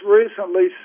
recently